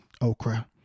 okra